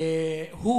נמצא כאן בסביבה.